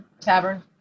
tavern